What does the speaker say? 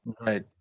right